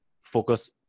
focus